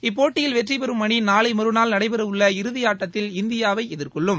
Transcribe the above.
இப்போட்டியில் வெற்றி பெறும் அணி நாளை மற்றாள் நடைபெறவுள்ள இறுதியாட்டத்தில் இந்தியாவை எதிர்கொள்ளும்